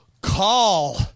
call